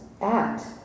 act